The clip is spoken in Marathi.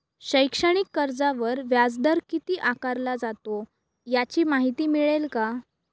शैक्षणिक कर्जावर व्याजदर किती आकारला जातो? याची माहिती मिळेल का?